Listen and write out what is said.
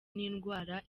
n’indwara